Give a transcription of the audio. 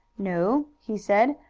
no, he said.